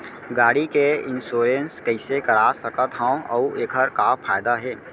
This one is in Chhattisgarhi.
गाड़ी के इन्श्योरेन्स कइसे करा सकत हवं अऊ एखर का फायदा हे?